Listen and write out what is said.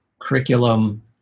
curriculum